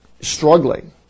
struggling